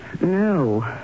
No